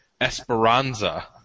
Esperanza